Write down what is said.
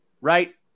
right